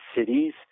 cities